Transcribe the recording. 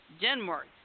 Denmark